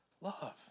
love